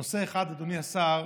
הנושא האחד, אדוני השר,